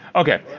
okay